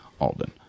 Alden